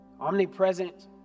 omnipresent